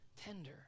tender